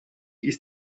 ist